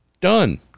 Done